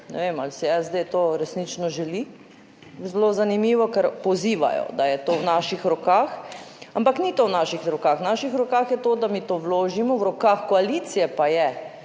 Ne vem, ali si SD to resnično želi. Zelo zanimivo, ker pozivajo, da je to v naših rokah, ampak ni to v naših rokah. V naših rokah je to, da mi to vložimo, v rokah koalicije pa je,